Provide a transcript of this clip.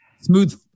smooth